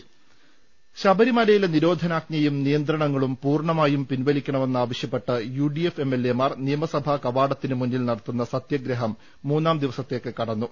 ് ശബരിമലയിലെ നിരോധനാജ്ഞയും നിയന്ത്രണങ്ങളും പൂർണ്ണമായി പിൻവലിക്കണമെന്നാവശ്യപ്പെട്ട് U D F M L എമാർ നിയമസഭാ കവാ ടത്തിന് മുന്നിൽ നടത്തുന്ന സത്യഗ്രഹം മൂന്നാം ദിവസത്തേക്ക് കടന്നു